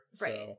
Right